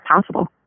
possible